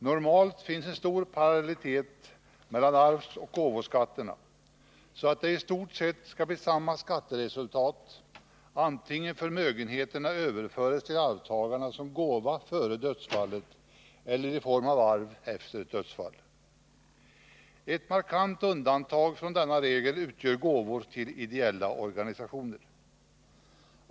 Normalt finns det en stor parallellitet mellan arvsoch gåvoskatterna, så att det i stort sett skulle bli samma skatteresultat vare sig förmögenheterna överfördes till arvtagarna som gåva före dödsfallet eller i form av arv efteråt. Ett markant undantag från denna regel utgör gåvor till ideella organisationer.